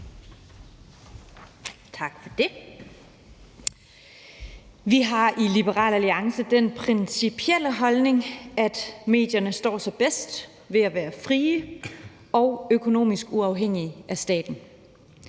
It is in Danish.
Vi har i Liberal Alliance den principielle holdning, at medierne står sig bedst ved at være frie og økonomisk uafhængige af staten.